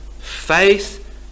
Faith